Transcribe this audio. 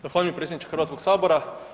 Zahvaljujem predsjedniče Hrvatskoga sabora.